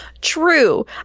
true